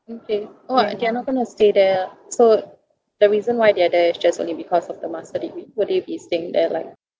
okay oh you're not going to stay there ah so the reason why they are there is just only because of the master degree would they be staying there like